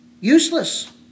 useless